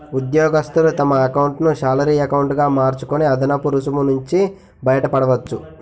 ఉద్యోగస్తులు తమ ఎకౌంటును శాలరీ ఎకౌంటు గా మార్చుకొని అదనపు రుసుము నుంచి బయటపడవచ్చు